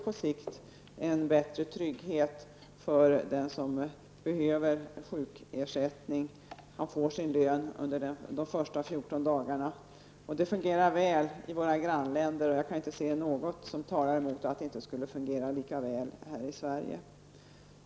På sikt innebär det en bättre trygghet för den som behöver sjukersättning. Han får sin lön under de första 14 dagarna. Det fungerar väl i våra grannländer, och jag kan inte se något som talar emot att det inte skulle fungera lika bra i Sverige.